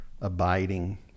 abiding